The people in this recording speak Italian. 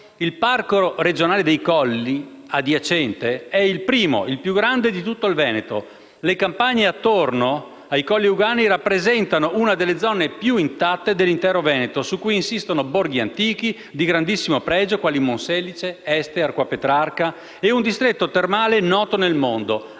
Il Parco regionale dei Colli Euganei adiacente è il primo e il più grande di tutto il Veneto; le campagne attorno ai Colli Euganei rappresentano una delle zone più intatte dell'intero Veneto, su cui insistono borghi antichi di grandissimo pregio, quali Monselice, Este, Arquà Petrarca e un distretto termale noto nel mondo: